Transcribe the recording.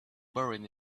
buried